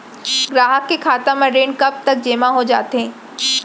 ग्राहक के खाता म ऋण कब तक जेमा हो जाथे?